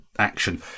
Action